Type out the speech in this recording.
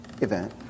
event